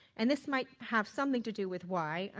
and this might have something to do with why.